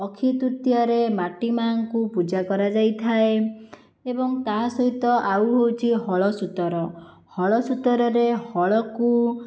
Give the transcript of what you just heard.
ଅକ୍ଷିତୃତୀୟାରେ ମାଟି ମାଁ ଙ୍କୁ ପୂଜା କରାଯାଇଥାଏ ଏବଂ ତା ସହିତ ଆଉ ହେଉଛି ହଳସୂତର ହଳସୂତରରେ ହଳକୁ